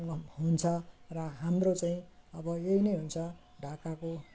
हुन्छ र हाम्रो चाहिँ अब यही नै हुन्छ ढाकाको